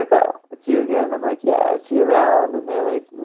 like oh it's you again. i'm like, yeah, is he around? and they're like,